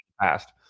past